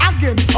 Again